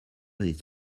this